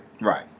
Right